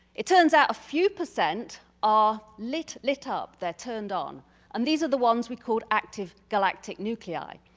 it turns out a few percent are lit lit up. they're turned on and these are the ones we called active galactic nuclei.